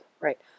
Right